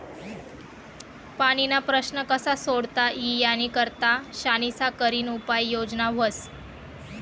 पाणीना प्रश्न कशा सोडता ई यानी करता शानिशा करीन उपाय योजना व्हस